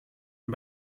and